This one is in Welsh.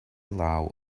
law